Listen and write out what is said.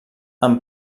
amb